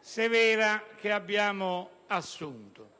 severa che abbiamo assunto.